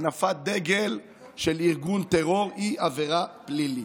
הנפת דגל של ארגון טרור היא עבירה פלילית.